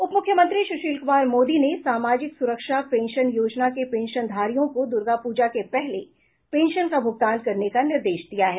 उपमुख्यमंत्री सुशील कुमार मोदी ने सामाजिक सुरक्षा पेंशन योजना के पेंशनधारियों को दुर्गा पूजा के पहले पेंशन का भुगतान करने का निर्देश दिया है